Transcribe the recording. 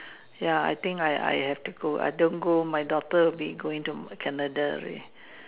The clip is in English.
ya I think I I have to go I don't go my daughter will be going to Canada already